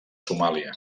somàlia